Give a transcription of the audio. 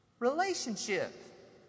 relationship